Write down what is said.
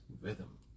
rhythm